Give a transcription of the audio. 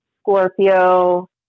Scorpio